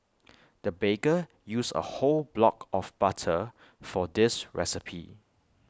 the baker used A whole block of butter for this recipe